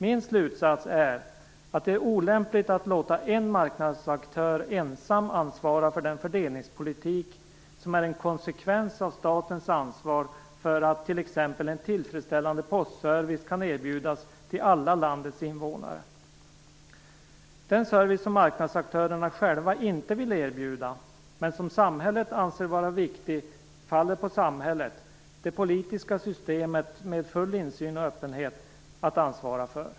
Min slutsats är att det är olämpligt att låta en marknadsaktör ensam ansvara för den fördelningspolitik som är en konsekvens av statens ansvar för att t.ex. en tillfredsställande postservice kan erbjudas till alla landets invånare. Den service som marknadsaktörerna själva inte vill erbjuda men som samhället anser vara viktig faller det på samhället - det politiska systemet med full insyn och öppenhet - att ansvara för.